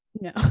no